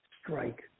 strike